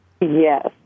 Yes